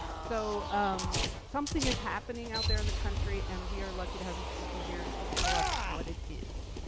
so um something is happening out there in the country, and we are lucky to have these people here to tell us what it is.